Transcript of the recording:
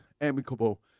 amicable